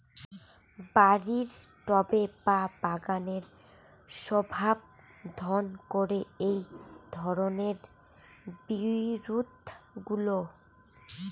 বাড়ির টবে বা বাগানের শোভাবর্ধন করে এই ধরণের বিরুৎগুলো